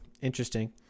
Interesting